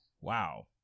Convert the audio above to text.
wow